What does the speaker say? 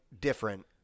different